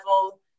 level